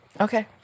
Okay